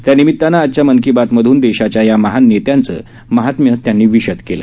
त्यानिमितानं आजच्या मन की बात मधून देशाच्या या महान नेत्यांचं महात्म्य त्यांनी विषद केलं